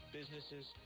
businesses